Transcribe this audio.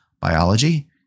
biology